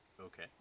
Okay